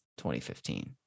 2015